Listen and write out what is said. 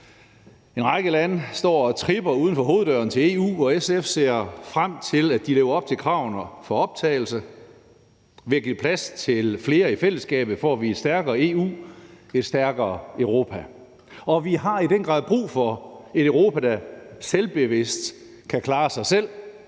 En række lande står og tripper uden for hoveddøren til EU, og SF ser frem til, at de lever op til kravene for optagelse. Ved at give plads til flere i fællesskabet får vi et stærkere EU, et stærkere Europa, og vi har i den grad brug for et Europa, der selvbevidst kan klare sig selv.